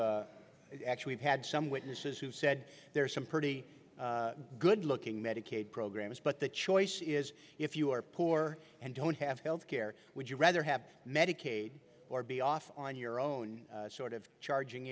have actually had some witnesses who said there are some pretty good looking medicaid programs but the choice is if you are poor and don't have health care would you rather have medicaid or be off on your own sort of charging